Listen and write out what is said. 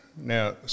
Now